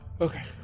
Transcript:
Okay